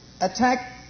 attack